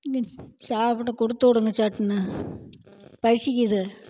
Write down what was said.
சாப்பிட கொடுத்துவுடுங்க சட்டுனு பசிக்குது